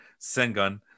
Sengun